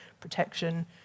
protection